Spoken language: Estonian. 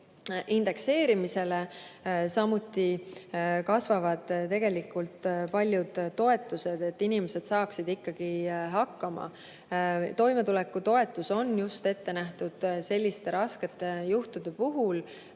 indekseerimisele. Samuti kasvavad tegelikult paljud toetused, et inimesed saaksid ikkagi hakkama. Toimetulekutoetus on ette nähtud just selliste raskete juhtude puhul,